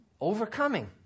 overcoming